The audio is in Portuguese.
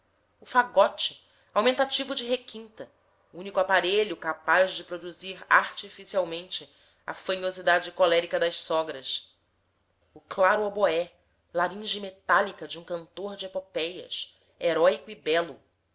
o fagote aumentativo de requinta único aparelho capaz de produzir artificialmente a fanhosidade colérica das sogras o claro oboé laringe metálica de um cantor de epopéias heróico e belo